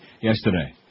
yesterday